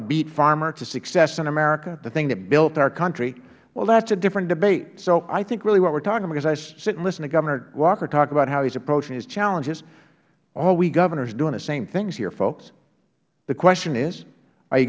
a beet farmer to success in america the thing that built our country well that is a different debate so i think really what we are talking about because i sit and listen to governor walker talk about how he is approaching his challenges all we governors are doing the same things here folks the question is are you